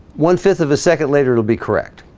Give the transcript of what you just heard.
one fifth of a second later, it'll be correct,